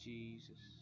Jesus